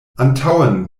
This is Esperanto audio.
antaŭen